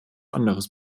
anderes